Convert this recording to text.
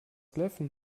kläffen